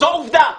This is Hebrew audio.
זו עובדה.